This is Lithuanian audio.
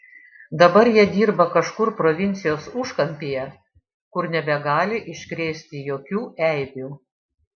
dabar jie dirba kažkur provincijos užkampyje kur nebegali iškrėsti jokių eibių